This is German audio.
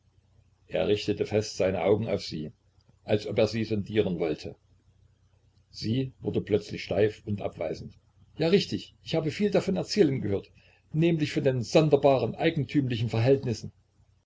er richtete fest seine augen auf sie als ob er sie sondieren wollte sie wurde plötzlich steif und abweisend ja richtig ich habe viel davon erzählen gehört nämlich von den sonderbaren eigentümlichen verhältnissen